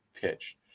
pitch